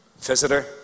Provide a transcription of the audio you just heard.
Visitor